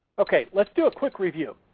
ok, let's do a quick review.